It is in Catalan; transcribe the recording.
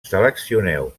seleccioneu